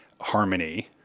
harmony